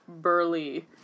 burly